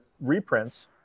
reprints